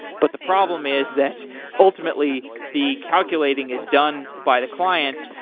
but the problem is that ultimately the calculating is done by the clients.